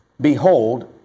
behold